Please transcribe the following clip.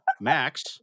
Max